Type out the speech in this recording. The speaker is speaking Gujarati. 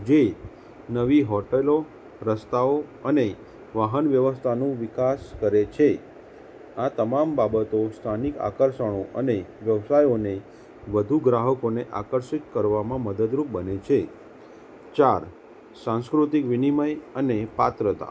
જે નવી હોટલો રસ્તાઓ અને વાહન વ્યવસ્થાનું વિકાસ કરે છે આ તમામ બાબતો સ્થાનિક આકર્ષણો અને વ્યવસાયોને વધુ ગ્રાહકોને આકર્ષિત કરવામાં મદદરૂપ બને છે ચાર સાંસ્કૃતિક વિનિમય અને પાત્રતા